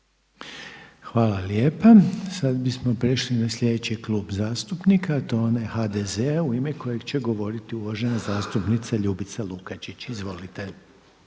Hvala lijepa. Sad bismo prešli na sljedeći klub zastupnika a to je onaj HDZ-a u ime kojeg će govoriti uvažena zastupnica Ljubica Lukačić. Izvolite.